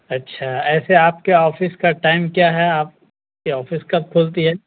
اچھا ایسے آپ کے آفس کا ٹائم کیا ہے آپ کی آفس کب کھلتی ہے